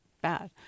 bad